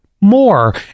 more